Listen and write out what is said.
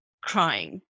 crying